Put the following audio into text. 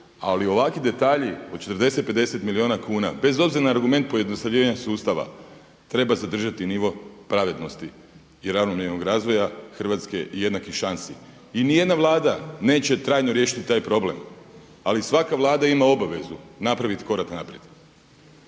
Ali ovakvi detalji od 40, 50 milijuna kuna, bez obzira na argument pojednostavljenja sustava treba zadržati nivo pravednosti i ravnomjernog razvoja Hrvatske i jednakih šansi. I nijedna vlada neće trajno riješiti taj problem, ali svaka vlada ima obavezu napraviti korak naprijed.